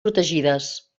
protegides